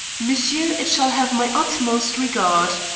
monsieur, it shall have my utmost regard.